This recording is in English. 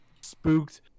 spooked